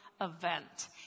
event